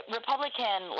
Republican